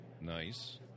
Nice